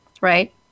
right